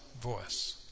voice